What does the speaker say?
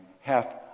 half